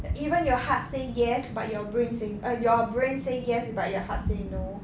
that even your heart say yes but your brain say err your brain say yes but your heart say no